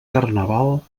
carnaval